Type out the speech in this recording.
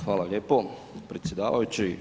Hvala lijepo predsjedavajući.